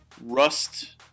rust